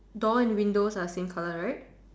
door and windows are same colour right